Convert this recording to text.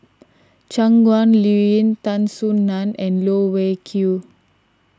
Shangguan Liuyun Tan Soo Nan and Loh Wai Kiew